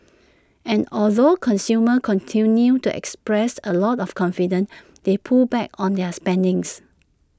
and although consumers continued to express A lot of confidence they pulled back on their spendings